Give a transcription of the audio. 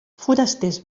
forasters